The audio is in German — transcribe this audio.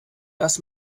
dass